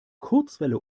kurzwelle